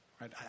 right